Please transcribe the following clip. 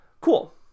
Cool